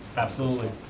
absolutely,